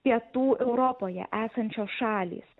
pietų europoje esančios šalys